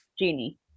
Genie